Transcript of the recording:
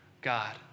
God